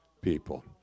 people